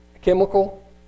chemical